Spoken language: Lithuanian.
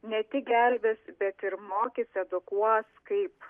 ne tik gelbės bet ir mokys edukuos kaip